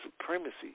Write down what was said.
supremacy